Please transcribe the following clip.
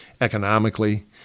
economically